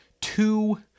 two